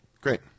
Great